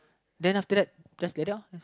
then after that just like that uh